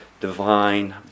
divine